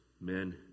men